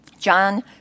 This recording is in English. John